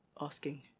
asking